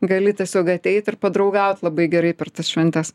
gali tiesiog ateit ir padraugaut labai gerai per tas šventes